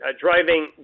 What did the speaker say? driving